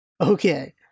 Okay